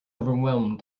overwhelmed